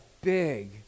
big